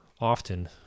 often